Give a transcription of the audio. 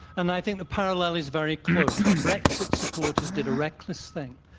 and i think the parallel is very close. brexit supporters did a reckless thing,